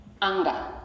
Anger